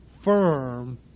firm